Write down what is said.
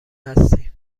هستی